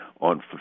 on